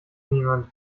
niemand